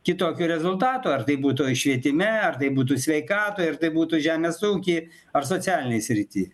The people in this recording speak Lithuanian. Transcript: kitokio rezultato ar tai būtų švietime ar tai būtų sveikatoj ar tai būtų žemės ūky ar socialinėj srity